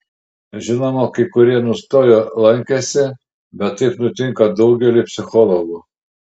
žinoma kai kurie nustojo lankęsi bet taip nutinka daugeliui psichologų